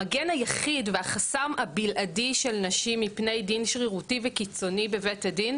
המגן היחיד והחסם הבלעדי של נשים מפני דין שרירותי וקיצוני בבית הדין,